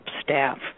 staff